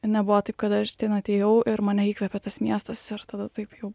nebuvo taip kad aš ten atėjau ir mane įkvepė tas miestas ir tada taip jau